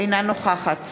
אינה נוכחת